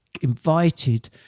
invited